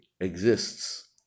exists